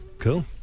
Cool